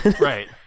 right